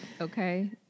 Okay